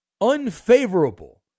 unfavorable